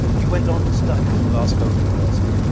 he went on to study at glasgow university,